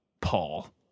Paul